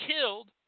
Killed